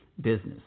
business